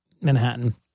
Manhattan